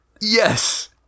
Yes